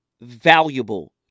valuable